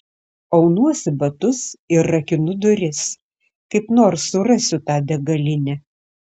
aunuosi batus ir rakinu duris kaip nors surasiu tą degalinę